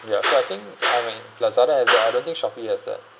ya so I think I mean Lazada has that I don't think Shopee has that